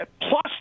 plus